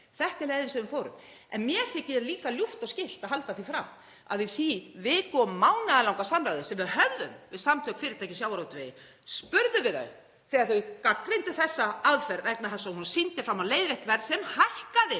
Þetta er leiðin sem við fórum. En mér er líka ljúft og skylt að halda því til haga að í því viku- og mánaðarlanga samráði sem við höfðum við Samtök fyrirtækja í sjávarútvegi þá spurðum við þau, þegar þau gagnrýndu þessa aðferð vegna þess að hún sýndi fram á leiðrétt verð sem hækkaði